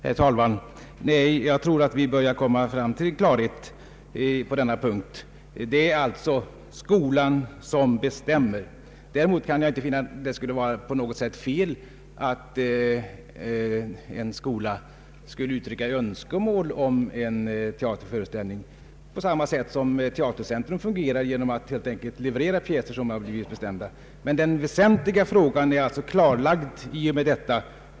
Herr talman! Nej, jag tror att vi börjar komma fram till klarhet på denna punkt. Det är alltså skolan som bestämmer. Däremot kan jag inte finna att det skulle vara på något sätt fel att en skola skulle uttrycka önskemål om en viss teaterföreställning, på samma sätt som Teatercentrum fungerar genom att leverera pjäser som har blivit beställda. Den väsentliga frågan är alltså klarlagd.